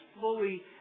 fully